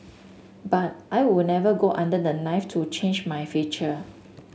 but I would never go under the knife to change my feature